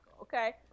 okay